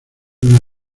una